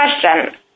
question